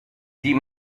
dit